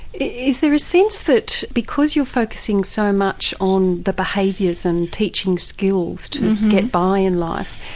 is there a sense that because you're focusing so much on the behaviours and teaching skills to get by in life,